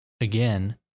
again